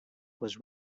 was